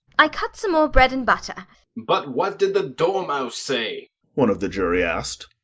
i cut some more bread-and-butter but what did the dormouse say one of the jury asked.